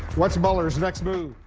what's mueller's next move?